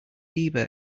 bieber